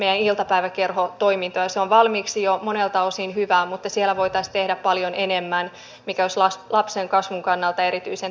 se on valmiiksi jo monelta osin hyvää mutta siellä voitaisiin tehdä paljon enemmän mikä olisi lapsen kasvun kannalta erityisen tärkeätä